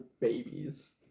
babies